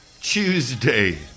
Tuesday